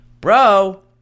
bro